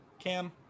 Cam